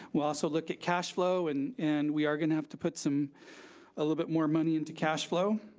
we'll also look at cash flow, and and we are gonna have to put some a little bit more money into cash flow.